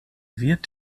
wird